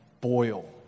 boil